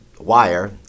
wire